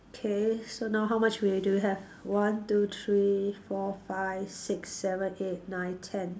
okay so now how much we do we have one two three four five six seven eight nine ten